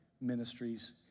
ministries